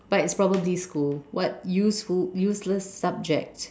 but it's probably school what useful useless subject